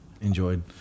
enjoyed